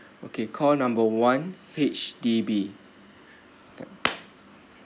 okay call number one H_D_B